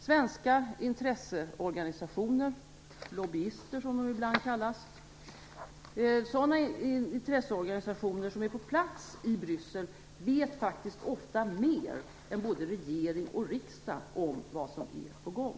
Svenska intresseorganisationer - lobbyister, som de ibland kallas - som är på plats i Bryssel vet faktiskt ofta mer än både regering och riksdag om vad som är på gång.